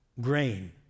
grain